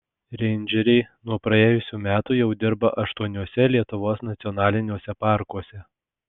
reindžeriai nuo praėjusių metų jau dirba aštuoniuose lietuvos nacionaliniuose parkuose